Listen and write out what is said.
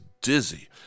dizzy